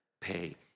pay